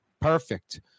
perfect